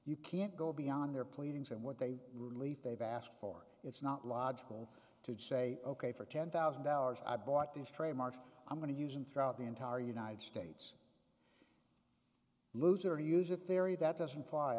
you can't go beyond their pleadings and what they relief they've asked for it's not logical to say ok for ten thousand dollars i bought these trademarks i'm going to use and throughout the entire united states lose or use a theory that doesn't fly